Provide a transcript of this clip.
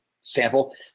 sample